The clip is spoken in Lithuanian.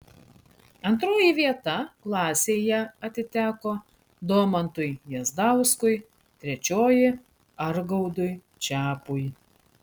antroji vieta klasėje atiteko domantui jazdauskui trečioji argaudui čepui